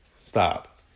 Stop